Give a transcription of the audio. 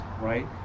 right